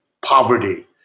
poverty